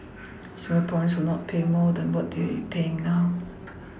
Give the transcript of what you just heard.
Singaporeans will not pay more than what they're paying now